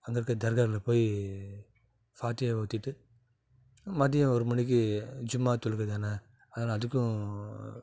அங்கே இருக்கற தர்காவில் போய் ஃபாத்தியா ஓதிவிட்டு மதியம் ஒரு மணிக்கு ஜும்மா தொழுக தான் அதனால் அதுக்கும்